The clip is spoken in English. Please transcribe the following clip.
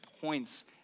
points